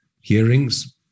hearings